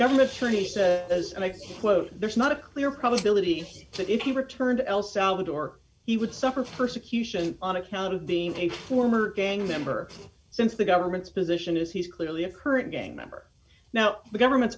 government furnished as i quote there's not a clear probability that if you returned el salvador he would suffer persecution on account of being a former gang member since the government's position is he's clearly a current gang member now the government's